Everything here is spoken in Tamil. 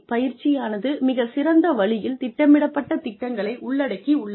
பயிற்சியானது மிகச் சிறந்த வழியில் திட்டமிடப்பட்ட திட்டங்களை உள்ளடக்கியுள்ளது